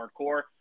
hardcore